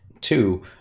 two